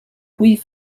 puis